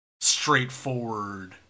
straightforward